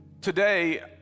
Today